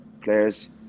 players